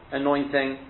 anointing